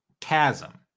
chasm